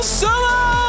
solo